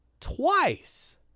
twice